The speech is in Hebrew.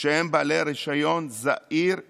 שהם בעלי רישיון זעיר ייעודי.